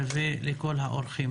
ולכל האורחים.